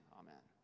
amen